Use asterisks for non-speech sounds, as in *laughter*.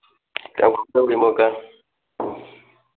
*unintelligible*